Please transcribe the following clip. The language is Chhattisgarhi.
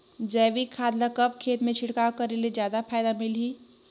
जैविक खाद ल कब खेत मे छिड़काव करे ले जादा फायदा मिलही?